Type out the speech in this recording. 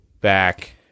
back